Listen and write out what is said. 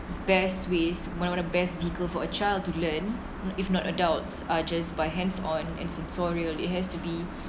best ways one of the best vehicle for a child to learn if not adults are just by hands on and sensorial it has to be